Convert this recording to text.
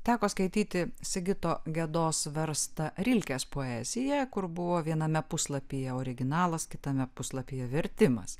teko skaityti sigito gedos verstą rilkės poeziją kur buvo viename puslapyje originalas kitame puslapyje vertimas